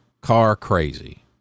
car-crazy